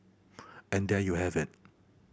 and there you have it